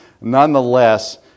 nonetheless